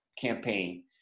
campaign